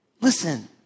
Listen